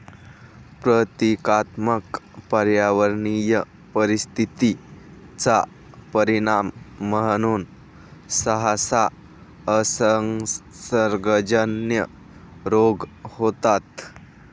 प्रतीकात्मक पर्यावरणीय परिस्थिती चा परिणाम म्हणून सहसा असंसर्गजन्य रोग होतात